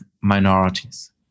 minorities